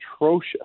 atrocious